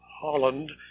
Holland